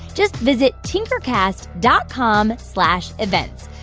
just visit tinkercast dot com slash events.